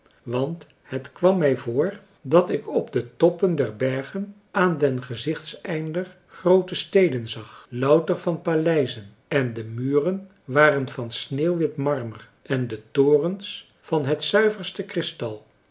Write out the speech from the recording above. want het kwam mij voor dat ik op de toppen der bergen aan den gezichtseinder groote steden zag louter van paleizen en de muren waren van sneeuwwit marmer en de torens van het zuiverste kristal